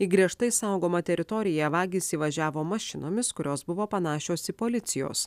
į griežtai saugomą teritoriją vagys įvažiavo mašinomis kurios buvo panašios į policijos